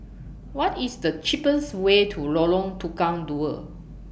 What IS The cheapest Way to Lorong Tukang Dua